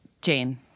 Jane